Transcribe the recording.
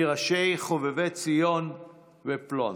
מראשי חובבי ציון ופלונסק.